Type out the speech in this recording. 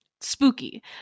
spooky